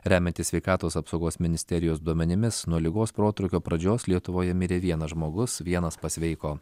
remiantis sveikatos apsaugos ministerijos duomenimis nuo ligos protrūkio pradžios lietuvoje mirė vienas žmogus vienas pasveiko